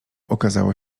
okazało